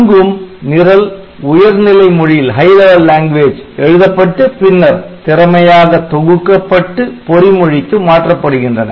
அங்கும் நிரல் உயர் நிலை மொழியில் எழுதப்பட்டு பின்னர் திறமையாக தொகுக்கப்பட்டு பொறி மொழிக்கு மாற்றப்படுகின்றன